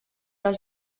els